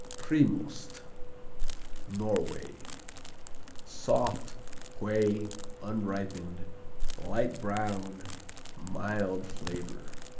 primost norway soft whey unripened light brown mild flavor.